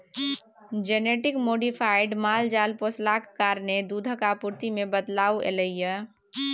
genetic modified माल जाल पोसलाक कारणेँ दुधक आपुर्ति मे बदलाव एलय यै